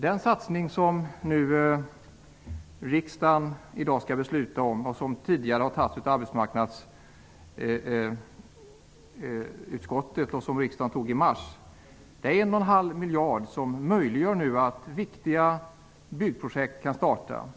Den satsning som riksdagen i dag skall fatta beslut om, och som tidigare har behandlats av arbetsmarknadsutskottet, gäller 1,5 miljarder kronor som skall göra det möjligt för viktiga byggprojekt att påbörjas.